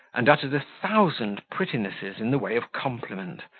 and uttered a thousand prettinesses in the way of compliment,